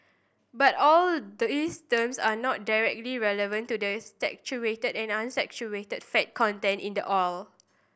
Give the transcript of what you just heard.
but all these terms are not directly relevant to the saturated or unsaturated fat content in the oil